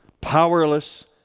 powerless